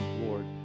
lord